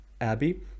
abby